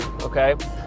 okay